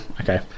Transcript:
okay